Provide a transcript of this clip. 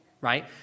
right